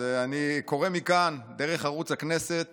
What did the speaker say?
אז אני קורא מכאן דרך ערוץ הכנסת